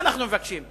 מה אנחנו מבקשים?